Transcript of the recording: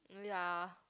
uh ya